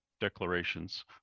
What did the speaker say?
declarations